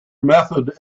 method